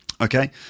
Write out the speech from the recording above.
Okay